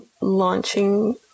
launching